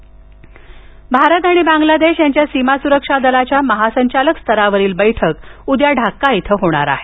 बैठक भारत आणि बंगला देश यांच्या सीमा सुरक्षा दलाच्या महासंचालक स्तरावरील बैठक उद्या ढाका इथं होणार आहे